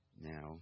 now